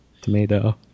Tomato